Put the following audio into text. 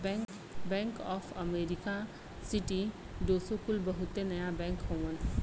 bank of America, Citi, Deutsche कुल बहुते नया बैंक हउवन